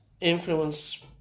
influence